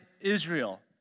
Israel